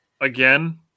Again